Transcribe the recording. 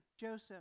Joseph